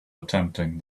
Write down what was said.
attempting